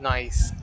Nice